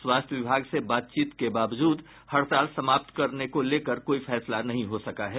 स्वास्थ्य विभाग से बातचीत के बावजूद हड़ताल समाप्त करने को लेकर कोई फैसला नहीं हो सका है